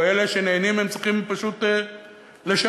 או אלה שנהנים צריכים פשוט לשלם.